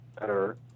better